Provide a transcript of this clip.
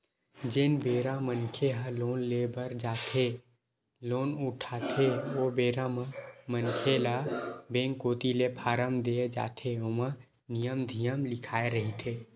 जेन बेरा मनखे ह लोन ले बर जाथे लोन उठाथे ओ बेरा म मनखे ल बेंक कोती ले फारम देय जाथे ओमा नियम धियम लिखाए रहिथे